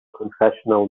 confessional